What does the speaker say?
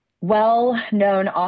well-known